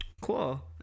cool